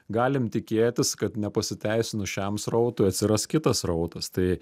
galim tikėtis kad nepasiteisinus šiam srautui atsiras kitas srautas tai